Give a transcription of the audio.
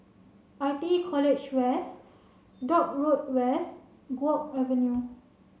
I T E College West Dock Road West Guok Avenue